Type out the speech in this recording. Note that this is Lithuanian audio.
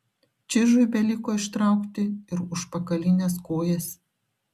čižui beliko ištraukti ir užpakalines kojas